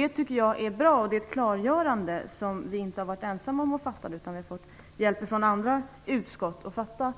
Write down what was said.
Jag tycker att det är bra med det klargörandet, och vi i utskottet har fått hjälp av andra utskott att fatta